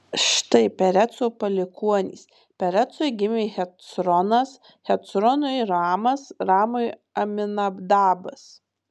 štai pereco palikuonys perecui gimė hecronas hecronui ramas ramui aminadabas